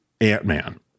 Ant-Man